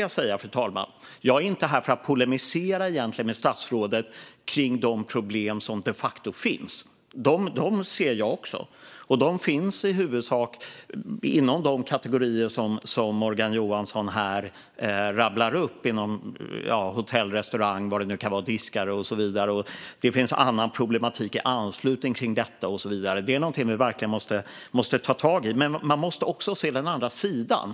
Jag är egentligen inte här för att polemisera med statsrådet om de problem som de facto finns. Dem ser jag också. De finns i huvudsak inom de kategorier som Morgan Johansson här rabblar upp inom hotell och restaurang, eller vad det nu kan vara, som diskare och så vidare. Det finns annan problematik i anslutning till detta och så vidare. Det är någonting som vi verkligen måste ta tag i. Men man måste också se den andra sidan.